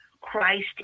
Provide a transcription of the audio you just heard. Christ